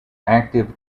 active